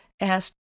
asked